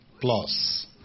plus